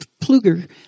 Pluger